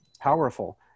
powerful